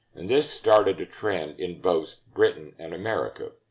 this started a trend in both britain and america.